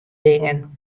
dingen